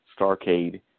Starcade